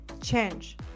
change